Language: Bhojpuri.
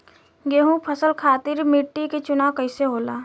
गेंहू फसल खातिर मिट्टी के चुनाव कईसे होला?